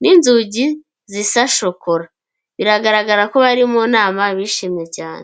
n'inzugi zisa shokora, biragaragara ko bari mu nama, bishimye cyane.